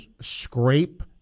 scrape